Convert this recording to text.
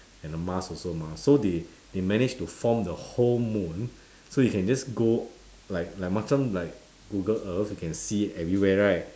and the mars also mah so they they managed to form the whole moon so you can just go like like macam like google earth you can see everywhere right